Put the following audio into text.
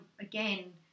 again